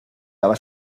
daba